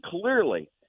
Clearly